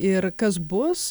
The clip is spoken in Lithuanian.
ir kas bus